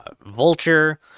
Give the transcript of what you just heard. Vulture